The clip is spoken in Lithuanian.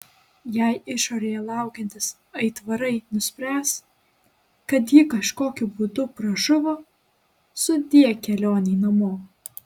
jei išorėje laukiantys aitvarai nuspręs kad ji kažkokiu būdu pražuvo sudie kelionei namo